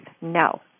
No